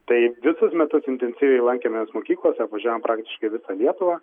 tai visus metus intensyviai lankėmės mokyklose apvažiavom praktiškai visą lietuvą